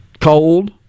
cold